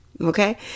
Okay